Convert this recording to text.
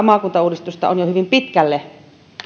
maakuntauudistusta on jo hyvin pitkälle